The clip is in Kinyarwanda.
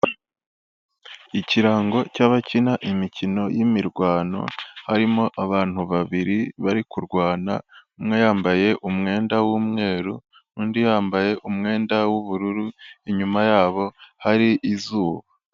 Ikirango cy'abakina imikino y'imirwano, harimo abantu babiri bari kurwana, umwe yambaye umwenda w'umweru, undi yambaye umwenda w'ubururu, inyuma yabo hari izuba.